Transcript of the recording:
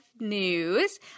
news